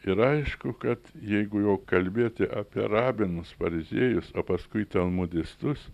ir aišku kad jeigu jau kalbėti apie rabinus fariziejus o paskui talmudistus